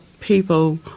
people